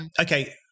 Okay